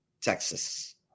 Texas